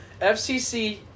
FCC